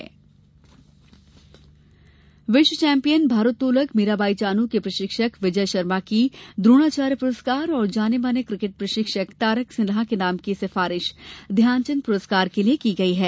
खेल प्रस्कार विश्व चैंपियन भारोत्तोलक मीराबाई चानू के प्रशिक्षक विजय शर्मा की द्रोणाचार्य पुरस्कार और जाने माने क्रिकेट प्रशिक्षक तारक सिन्हा के नाम की सिफारिश ध्यानचंद प्रस्कार के लिए की गई है